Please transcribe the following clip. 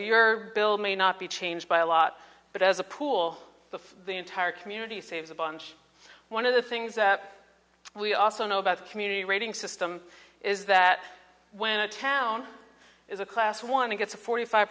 your bill may not be changed by a lot but as a pool the entire community saves a bunch one of the things that we also i know about the community rating system is that when a town is a class one and gets a forty five